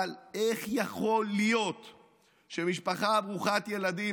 אבל איך יכול להיות שמשפחה ברוכת ילדים